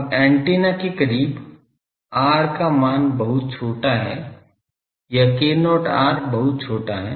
अब एंटीना के करीब r का मान बहुत छोटा है या k0 r बहुत छोटा है